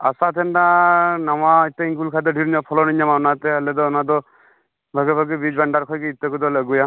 ᱟᱥᱟ ᱛᱟᱦᱮᱸ ᱞᱮᱱᱟ ᱱᱟᱣᱟ ᱤᱛᱟᱹᱧ ᱟᱹᱜᱩ ᱞᱮᱠᱷᱟᱱ ᱫᱚ ᱰᱷᱮᱨᱧᱚᱜ ᱯᱷᱚᱞᱚᱱ ᱤᱧ ᱧᱟᱢᱟ ᱚᱱᱟᱛᱮ ᱟᱞᱮ ᱫᱚ ᱚᱱᱟ ᱫᱚ ᱵᱷᱟᱜᱮ ᱵᱷᱟᱜᱮ ᱵᱤᱡᱽ ᱵᱷᱟᱱᱰᱟᱨ ᱠᱷᱚᱱ ᱜᱮ ᱤᱛᱟᱹ ᱠᱚᱫᱚ ᱞᱮ ᱟᱹᱜᱩᱭᱟ